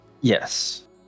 Yes